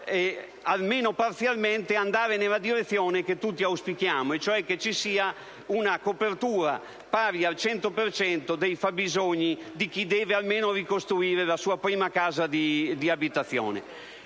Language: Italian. almeno parzialmente andare nella direzione che tutti auspichiamo, cioè che ci sia una copertura pari al 100 per cento dei fabbisogni di chi deve almeno ricostruire la sua prima casa di abitazione.